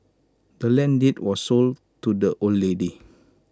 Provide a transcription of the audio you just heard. the land's deed was sold to the old lady